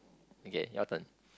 okay your turn